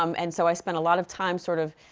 um and so i spent a lot of time sort of